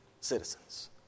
citizens